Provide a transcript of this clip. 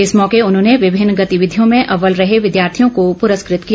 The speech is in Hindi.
इस मौके उन्होंने विभिन्न गतिविधियों में अव्वल रहे विद्यार्थियों को पुरस्कृत किया